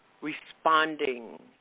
responding